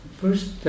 first